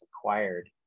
acquired